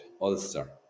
Ulster